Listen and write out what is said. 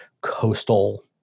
coastal